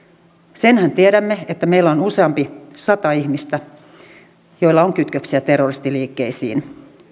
senhän tiedämme että meillä on useampi sata ihmistä joilla on kytköksiä terroristiliikkeisiin